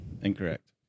Incorrect